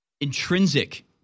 intrinsic